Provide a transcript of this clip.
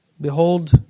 Behold